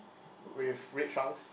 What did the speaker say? with red trunks